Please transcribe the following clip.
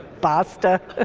basta.